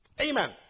Amen